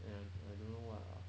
and I don't know what lah